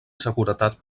seguretat